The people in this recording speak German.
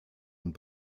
und